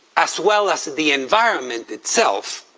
as well as the environment itself